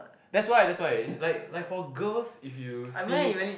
that's why that's why like like for girls if you see